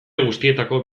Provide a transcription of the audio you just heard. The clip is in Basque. guztietako